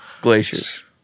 glaciers